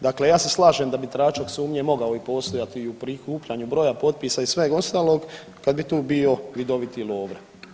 Dakle, ja se slažem da bi tračak sumnje i mogao postojati u i prikupljanju broja potpisa i sveg ostalog kad bi tu bio vidoviti Lovre.